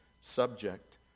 subject